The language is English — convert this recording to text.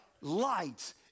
light